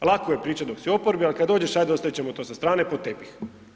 A lako je pričat dok si u oporbi, al kad dođeš ajde ostavit ćemo to sa strane pod tepih.